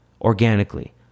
organically